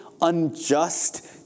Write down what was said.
unjust